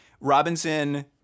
Robinson